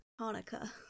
Hanukkah